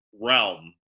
realm